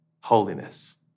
holiness